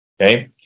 okay